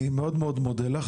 אני מאוד מאוד מודה לך.